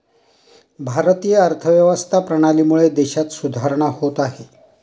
भारतीय अर्थव्यवस्था प्रणालीमुळे देशात सुधारणा होत आहे